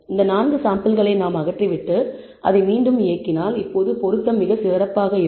இந்த 4 சாம்பிள்களை நாம் அகற்றிவிட்டு அதை மீண்டும் இயக்கினால் இப்போது பொருத்தம் மிகவும் சிறப்பாக இருக்கும்